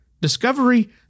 Discovery